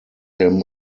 him